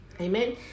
amen